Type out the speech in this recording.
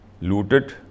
looted